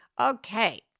Okay